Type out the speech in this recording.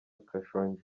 khashoggi